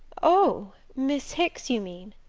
oh miss hicks, you mean?